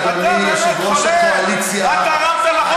תמיד, אדוני יושב-ראש הקואליציה, אתה באמת חולם.